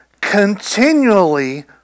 continually